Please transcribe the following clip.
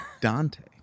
Dante